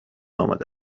آمده